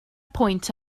pwynt